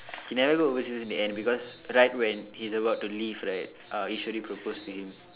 he never go overseas in the end because right when he's about to leave right uh Eswari proposed to him